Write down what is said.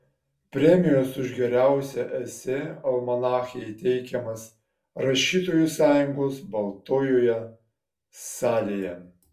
premijos už geriausią esė almanache įteikimas rašytojų sąjungos baltojoje salėje